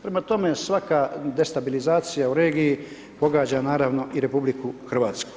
Prema tome, svaka destabilizacija u regiji pogađa naravno i RH.